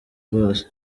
rwose